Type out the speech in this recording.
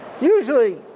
Usually